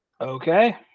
Okay